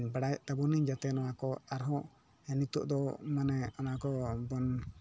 ᱵᱟᱲᱟᱭᱮᱜ ᱛᱟᱵᱚᱱᱟᱹᱧ ᱡᱟᱛᱮ ᱱᱚᱣᱟ ᱠᱚ ᱟᱨ ᱦᱚᱸ ᱱᱤᱛᱚᱜ ᱫᱚ ᱢᱟᱱᱮ ᱚᱱᱟ ᱠᱚᱵᱚᱱ